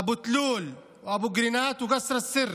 אבו תלול, אבו קרינאת וקסר א-סיר.